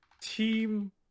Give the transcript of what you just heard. team